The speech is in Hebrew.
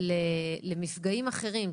למפגעים אחרים.